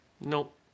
Nope